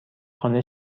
خانه